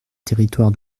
territoires